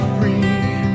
free